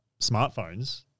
smartphones